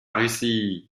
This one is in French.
russie